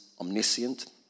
omniscient